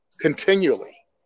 continually